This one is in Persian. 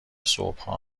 صبحها